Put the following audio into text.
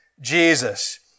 Jesus